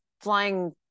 flying